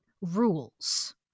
rules